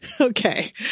okay